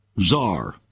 czar